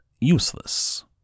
useless